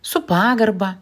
su pagarba